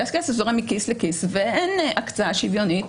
כי אז כסף זורם מכיס לכיס ואין הקצאה שוויונית,